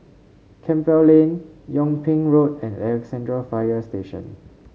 Campbell Lane Yung Ping Road and Alexandra Fire Station